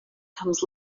comes